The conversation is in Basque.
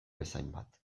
bezainbat